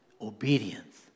obedience